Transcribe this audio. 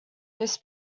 this